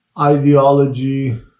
ideology